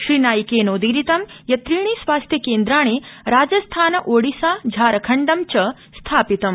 श्री नाइकेनोदीरितं यत् त्रीणि स्वास्थ्य केन्द्राणि राजस्थान ओडिसा झारखण्डानि च स्थापितानि